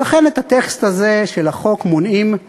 ולכן את הטקסט הזה של החוק מונעים מהקוראים,